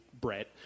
Brett